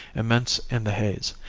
immense in the haze,